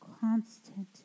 constant